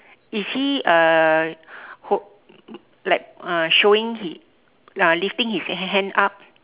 is he uh ho~ like uh showing his uh lifting his h~ hand up